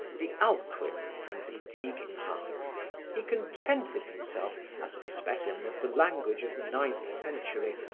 the alcuins and the eginhards, he contented himself, as a specimen of the language of the ninth century,